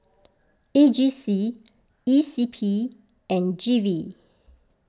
A G C E C P and G V